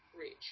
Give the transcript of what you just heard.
reach